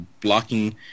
blocking